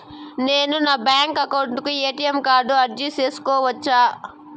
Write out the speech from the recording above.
నేను నా bank account కు ఎ.టి.ఎం కార్డు అర్జీ సేసుకోవచ్చా?